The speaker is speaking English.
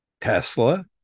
Tesla